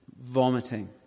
vomiting